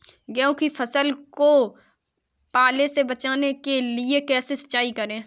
गेहूँ की फसल को पाले से बचाने के लिए कैसे सिंचाई करें?